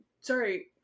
sorry